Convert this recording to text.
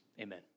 Amen